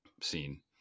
scene